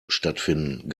stattfinden